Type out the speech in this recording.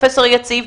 פרופ' יציב,